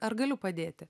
ak ar galiu padėti